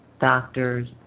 doctors